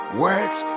words